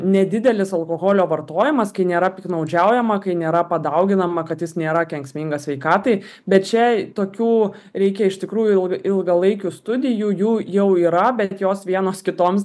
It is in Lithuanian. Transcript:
nedidelis alkoholio vartojimas kai nėra piktnaudžiaujama kai nėra padauginama kad jis nėra kenksmingas sveikatai bet čia tokių reikia iš tikrųjų ilgalaikių studijų jų jau yra bet jos vienos kitoms